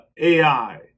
AI